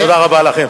תודה רבה לכם.